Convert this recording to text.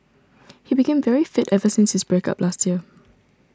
he became very fit ever since his break up last year